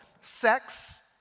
sex